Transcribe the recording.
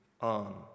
on